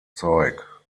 zeug